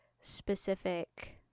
specific